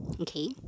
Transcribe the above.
okay